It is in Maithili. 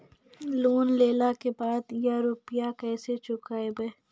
लोन लेला के बाद या रुपिया केसे चुकायाबो?